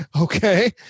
okay